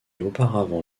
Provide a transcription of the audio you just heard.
auparavant